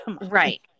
Right